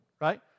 right